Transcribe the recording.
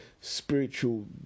spiritual